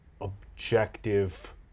objective